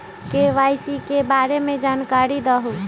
KYC के बारे में जानकारी दहु?